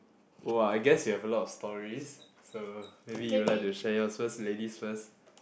!wah! I guess you have a lot of stories so maybe you like to share yours first ladies first